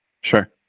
Sure